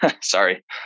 Sorry